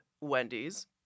Wendy's